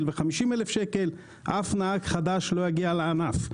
ו-50,000 שקל אף נהג חדש לא יגיע לענף.